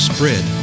Spread